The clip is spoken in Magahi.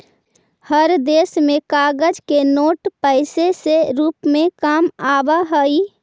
हर देश में कागज के नोट पैसे से रूप में काम आवा हई